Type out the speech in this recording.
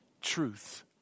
truth